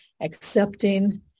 accepting